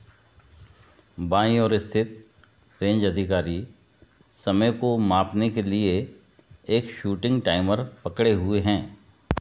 बायीं ओर स्थित रेंज अधिकारी समय को मापने के लिए एक शूटिंग टाइमर पकड़े हुए हैं